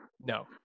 no